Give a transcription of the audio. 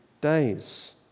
days